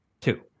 Two